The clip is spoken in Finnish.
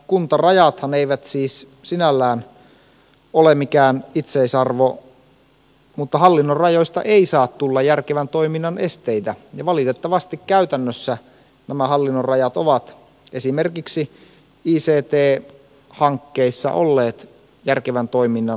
nämä kuntarajathan eivät siis sinällään ole mikään itseisarvo mutta hallinnon rajoista ei saa tulla järkevän toiminnan esteitä ja valitettavasti käytännössä nämä hallinnonrajat ovat esimerkiksi ict hankkeissa olleet järkevän toiminnan esteenä